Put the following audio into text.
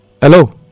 hello